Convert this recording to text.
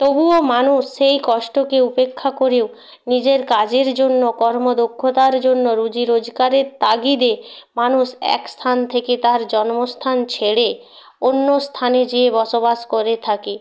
তবুও মানুষ সেই কষ্টকে উপেক্ষা করেও নিজের কাজের জন্য কর্মদক্ষতার জন্য রুজি রোজগারের তাগিদে মানুষ এক স্থান থেকে তার জন্মস্থান ছেড়ে অন্য স্থানে যেয়ে বসবাস করে থাকে